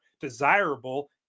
desirable